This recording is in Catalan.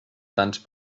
tants